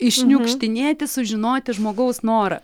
iššniukštinėti sužinoti žmogaus norą